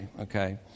okay